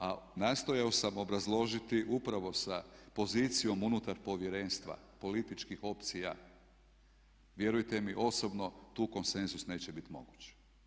A nastojao sam obrazložiti upravo sa pozicijom unutar povjerenstva političkih opcija vjerujte mi osobno tu konsenzus neće biti moguć.